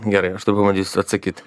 gerai aš tuoj pabandysiu atsakyt